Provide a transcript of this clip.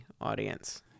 audience